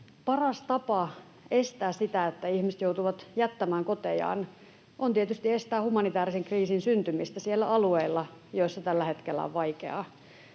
Paras tapa estää sitä, että ihmiset joutuvat jättämään kotejaan, on tietysti estää humanitäärisen kriisin syntymistä niillä alueilla, joilla tällä hetkellä on vaikeaa.